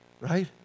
right